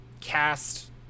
cast